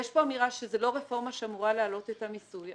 יש כאן אמירה שזאת לא רפורמה שאמורה להעלות את המיסוי.